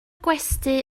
gwesty